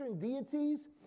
deities